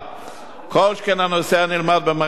כל שכן כאשר הנושא נלמד במערכת החינוך